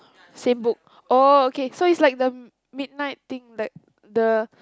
same book oh okay so is like the midnight thing that the